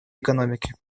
экономики